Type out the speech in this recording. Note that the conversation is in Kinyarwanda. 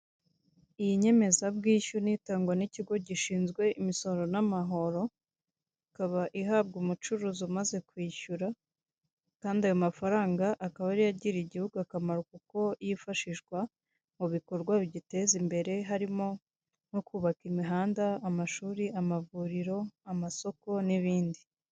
Iyi nyemezabwishyu ni itangwa n'ikigo gishinzwe imisoro n'amahoro, ikaba ihabwa umucuruzi umaze kwishyura kandi ayo mafaranga akaba ariyo agirira igihugu akamaro kuko yifashishwa mu bikorwa bigiteza imbere harimo nko kubaka imihanda, amashuri, amavuriro, amasoko n'ibindi.